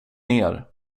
ner